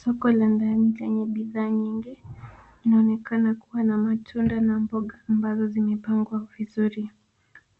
Soko la ndani lenye bidhaa nyingi. Inaonekana kuwa na matunda na mboga ambazo zimepangwa vizuri.